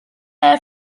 air